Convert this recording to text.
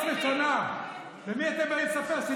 הסתה כזאת נגד האופוזיציה לא הייתה מעולם.